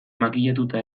makillatuta